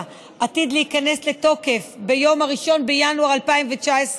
עתיד להיכנס לתוקף ב-1 בינואר 2019,